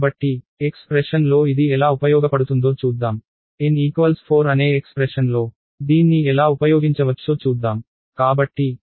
కాబట్టి ఎక్స్ప్రెషన్లో ఇది ఎలా ఉపయోగపడుతుందో చూద్దాం n4 అనే ఎక్స్ప్రెషన్లో దీన్ని ఎలా ఉపయోగించవచ్చో చూద్దాం